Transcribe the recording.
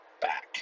back